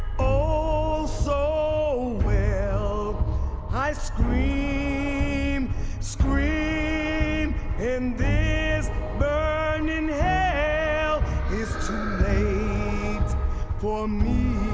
oh so well i scream, scream in this burning hell it's for me